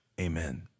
amen